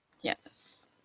Yes